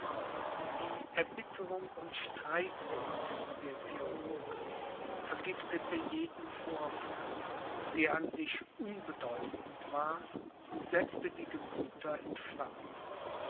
die erbitterung und streitsucht der theologen vergiftete jeden vorfall der an sich unbedeutend war und setzte die gemüther in flammen